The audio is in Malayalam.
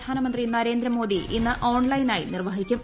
പ്രധാനമന്ത്രി നരേന്ദ്ര മോദി ഇന്ന് ഓൺലൈനായി നിർവ്വഹിക്കും